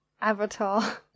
avatar